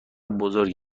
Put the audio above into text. بزرگ